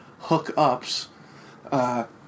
hookups